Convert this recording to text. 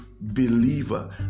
believer